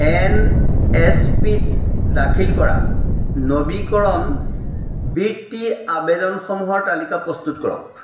N S P ত দাখিল কৰা নবীকৰণ বৃত্তি আবেদনসমূহৰ তালিকা প্ৰস্তুত কৰক